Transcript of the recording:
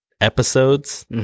episodes